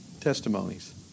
testimonies